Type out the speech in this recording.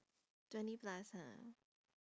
twenty plus ha